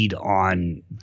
on